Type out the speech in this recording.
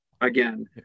again